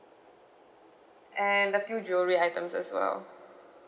and a few jewellery items as well